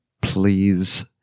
Please